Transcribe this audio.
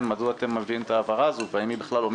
שאלתי: מדוע אני מציגים את ההעברה הזו והאם היא עומדת